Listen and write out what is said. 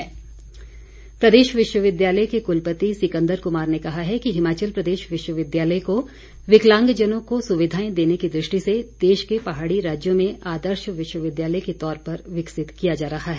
कुलपति प्रदेश विश्वविद्यालय के कुलपति सिकंदर कुमार ने कहा है कि हिमाचल प्रदेश विश्वविद्यालय को विकलांग्जनों को सुविधाए देने की दृष्टि से देश के पहाड़ी राज्यों में आदर्श विश्वविद्यालय के तौर पर विकसित किया जा रहा है